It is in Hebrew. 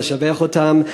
לשבח אותם,